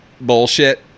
bullshit